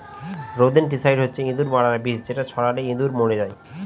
rodenticide হচ্ছে ইঁদুর মারার বিষ যেটা ছড়ালে ইঁদুর মরে যায়